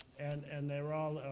and and they're all,